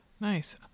Nice